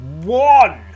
One